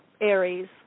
Aries